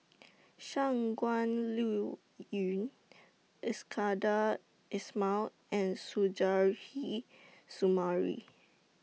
Shangguan Liuyun Iskandar Ismail and Suzairhe Sumari